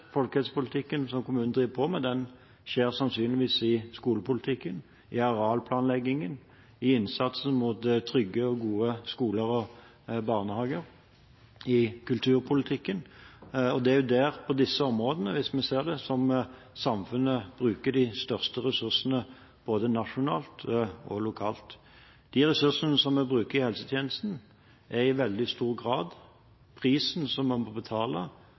folkehelsepolitikken som kommunen driver på med, skjer sannsynligvis i skolepolitikken, i arealplanleggingen, i innsatsen for trygge og gode skoler og barnehager, i kulturpolitikken. Og det er på disse områdene vi ser at samfunnet bruker de største ressursene både nasjonalt og lokalt. De ressursene som vi bruker i helsetjenesten, er i veldig stor grad prisen som man må betale